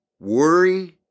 Worry